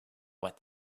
what